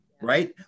right